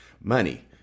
money